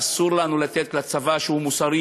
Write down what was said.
אסור לנו לתת שבצבא, שהוא מוסרי